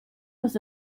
was